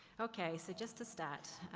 okay, so just a stat.